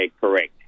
correct